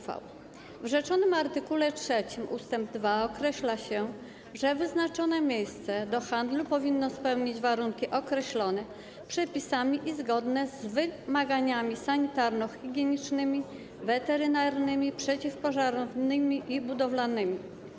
W art. 3 ust. 2 określa się, że wyznaczone miejsce do handlu powinno spełniać warunki określone przepisami i zgodne z wymaganiami sanitarnohigienicznymi, weterynaryjnymi, przeciwpożarowymi i budowlanymi.